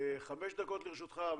חמש דקות לרשותך.